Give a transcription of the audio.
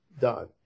done